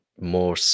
more